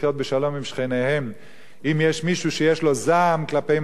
אם יש מישהו שיש לו זעם כלפי מעשים של ממשלה או שליטים,